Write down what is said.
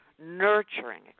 nurturing